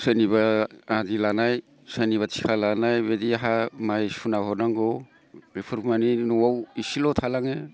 सोरनिबा आदि लानाय सोरनिबा थिखा लानाय बेबायदि हा माइ सुना हरनांगौ बेफोर माने न'आव इसेल' थालाङो